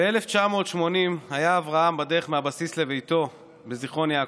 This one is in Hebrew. ב-1980 היה אברהם בדרך מהבסיס לביתו בזיכרון יעקב.